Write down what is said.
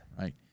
Right